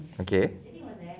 okay